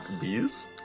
bees